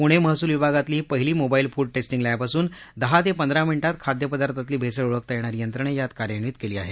पुण महसूल विभागातली ही पहिली मोबाईल फूड टेस्टींग लक्षिअसून दहा ते पंधरा मिनिटांत खाद्य पदार्थांतील भेसळ ओळखता येणारी यंत्रणा यात कार्यान्वित केली आहे